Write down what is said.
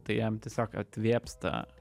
tai jam tiesiog atvėpsta